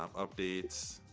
um updates,